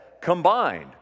combined